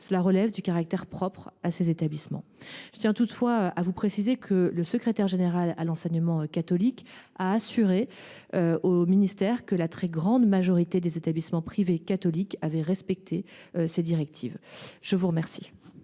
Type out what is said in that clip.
Cela relève du caractère propre de ces établissements. Je tiens toutefois à vous préciser que le secrétariat général de l’enseignement catholique a assuré le ministère que la très grande majorité des établissements privés catholiques avaient respecté cette directive. La parole